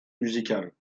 musicale